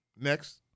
Next